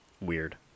Weird